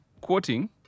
quoting